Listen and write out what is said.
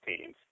teams